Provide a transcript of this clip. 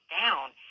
down